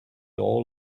all